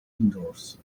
indoors